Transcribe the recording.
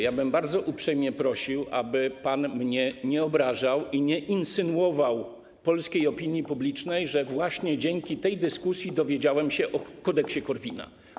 Ja bym bardzo uprzejmie prosił, aby pan mnie nie obrażał i nie insynuował polskiej opinii publicznej, że dzięki tej dyskusji dowiedziałem się o Kodeksie Korwina.